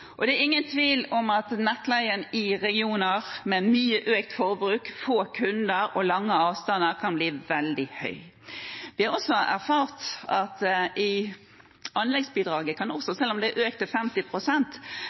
Det er ingen tvil om at nettleien i regioner med mye økt forbruk, få kunder og lange avstander kan bli veldig høy. Vi har også erfart at anleggsbidraget, som er økt til 50 pst., kanskje kan